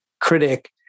critic